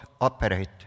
operate